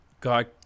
God